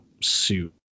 suit